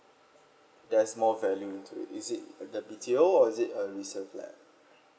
there's more value to it is it the B_T_O or is it the resale flat